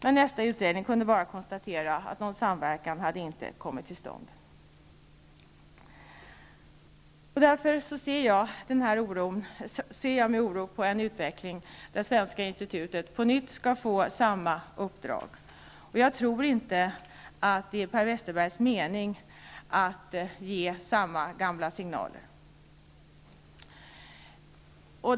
Men nästa utredning kunde bara konstatera att någon samverkan inte hade kommit till stånd. Därför ser jag med oro på en utveckling där Svenska institutet på nytt skall få samma uppdrag. Jag tror inte att det är Per Westerbergs mening att ge samma gamla signaler.